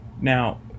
Now